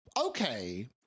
Okay